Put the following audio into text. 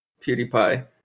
PewDiePie